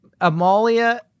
amalia